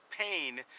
pain